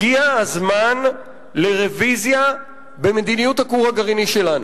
הגיע הזמן לרוויזיה במדיניות הכור הגרעיני שלנו.